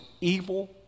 evil